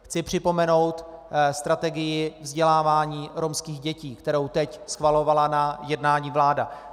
Chci připomenout strategii vzdělávání romských dětí, kterou teď schvalovala na jednání vláda.